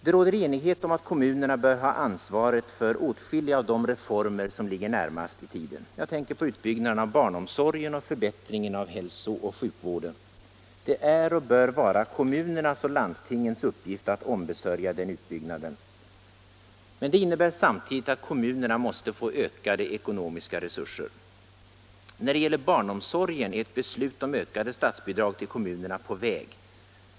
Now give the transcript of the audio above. Det råder enighet om att kommunerna bör ha ansvaret för åtskilliga av de reformer som ligger närmast i tiden. Jag tänker på utbyggnaden av barnomsorgen och förbättringen av hälsooch sjukvården. Det är och bör vara kommunernas och landstingens uppgift att ombesörja den utbyggnaden. Men det innebär samtidigt att kommunerna måste få ökade ekonomiska resurser. När det gäller barnomsorgen är ett beslut om ökade statsbidrag till kommunerna på väg.